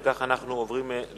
אם כך, אנחנו עוברים להצבעה